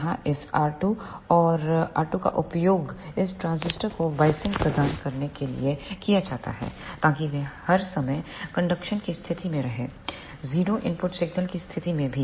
यहाँ इस R2 और R3 का उपयोग इस ट्रांजिस्टर को बायसिंग प्रदान करने के लिए किया जाता है ताकि वे हर समय कंडक्शन की स्थिति में रहें 0 इनपुट सिग्नल की स्थिति में भी